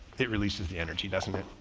it releases the energy, doesn't it?